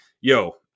yo